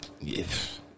Yes